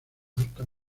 alta